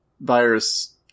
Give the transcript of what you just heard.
virus